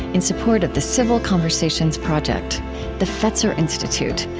in support of the civil conversations project the fetzer institute,